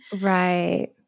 Right